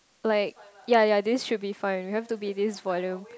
like yea yea this should be fine you have to be this volume